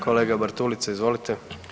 Kolega Bartulica, izvolite.